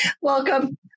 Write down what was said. Welcome